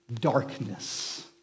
Darkness